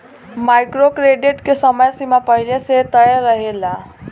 micro credit के समय सीमा पहिले से तय रहेला